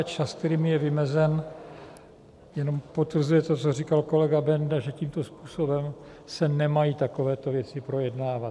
Čas, který mi je vymezen, jenom potvrzuje to, co říkal kolega Benda, že tímto způsobem se nemají takovéto věci projednávat.